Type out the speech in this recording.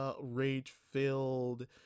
rage-filled